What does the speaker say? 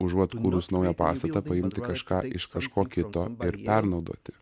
užuot kūrus naują pastatą paimti kažką iš kažko kito ir pernaudoti